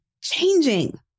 changing